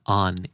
on